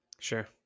Sure